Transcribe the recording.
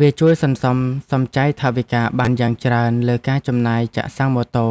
វាជួយសន្សំសំចៃថវិកាបានយ៉ាងច្រើនលើការចំណាយចាក់សាំងម៉ូតូ